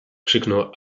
krzyknął